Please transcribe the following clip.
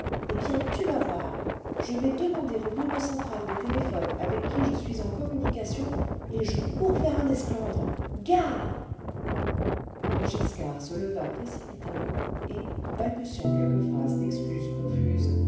eh bien tu vas voir je vais demander au bureau central des téléphones avec qui je suis en communication et je cours faire un esclandre gare montgiscard se leva précipitamment et balbutiant quelques phrases d'excuses confuses